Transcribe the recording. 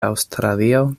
aŭstralio